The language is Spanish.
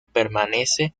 permanece